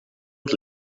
het